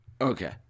Okay